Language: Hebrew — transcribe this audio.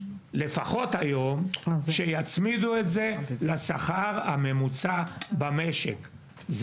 לפחות היום שיצמידו את זה לשכר הממוצע במשק,